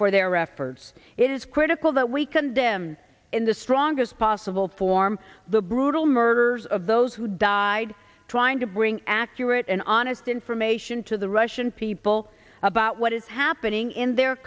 for their efforts it is critical that we condemn in the strongest possible form the brutal murders of those who died trying to bring accurate and honest information to the russian people about what is happening in their